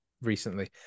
recently